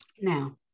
Now